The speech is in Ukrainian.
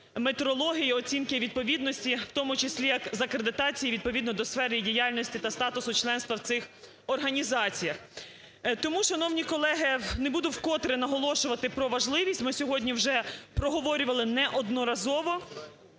метрології, оцінки відповідності, в тому числі з акредитації відповідно до сфери і діяльності та статусу членства в цих організаціях. Тому, шановні колеги, не буду вкотре наголошувати про важливість. Ми сьогодні вже проговорювали неодноразово,